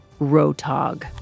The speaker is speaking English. Rotog